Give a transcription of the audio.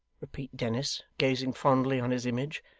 repeated dennis, gazing fondly on his image.